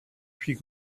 puis